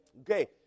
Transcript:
Okay